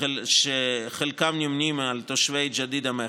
שחלקם נמנים עם תושבי ג'דיידה-מכר,